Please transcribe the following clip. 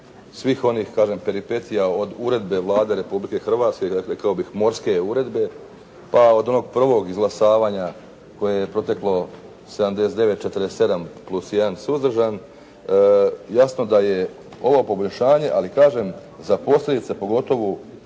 svih onih, kažem peripetija od uredbe Vlade Republike Hrvatske, rekao bih morske uredbe, pa od onog prvog izglasavanja koje je proteklo 79:47 plus jedan suzdržan. Jasno da je ovo poboljšanje, ali kažem za posljedice pogotovo